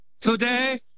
today